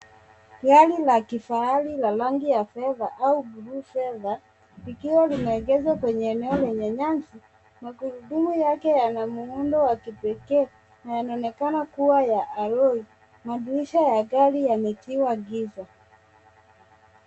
Gari la kifahari la rangi ya fedha au buluu fedha likiwa limeegshwa kwenye eneo lenye nyasi. Magurudmu yake yana muundo wa kipekee na yanaonekana kuwa ya aloi. Madirisha ya gari yametiwa giza.